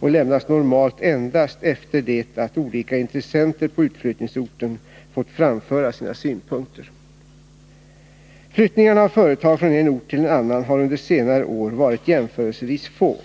och lämnas normalt endast efter det att Nr 90 olika intressenter på utflyttningsorten fått framföra sina synpunkter. Flyttningarna av företag från en ort till en annan har under senare år varit jämförelsevis få.